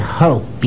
hope